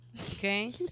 Okay